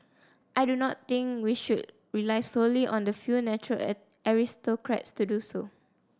I do not think we should rely solely on the few natural aristocrats to do so